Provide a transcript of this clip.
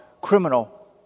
criminal